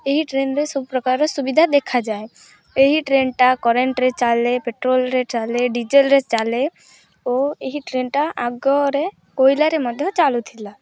ଏହି ଟ୍ରେନ୍ରେ ସବୁପ୍ରକାରର ସୁବିଧା ଦେଖାଯାଏ ଏହି ଟ୍ରେନ୍ଟା କରେଣ୍ଟରେ ଚାଲେ ପେଟ୍ରୋଲରେ ଚାଲେ ଡିଜେଲରେ ଚାଲେ ଓ ଏହି ଟ୍ରେନ୍ଟା ଆଗରେ କୋଇଲାରେ ମଧ୍ୟ ଚାଲୁଥିଲା